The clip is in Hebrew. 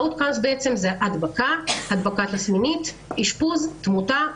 זה הדבקה, הדבקה תסמינית, אשפוז ותמותה.